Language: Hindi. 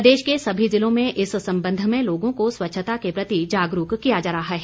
प्रदेश के सभी जिलों में इस संबंध में लोगों को स्वच्छता के प्रति जागरूक किया जा रहा है